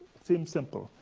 seems simple.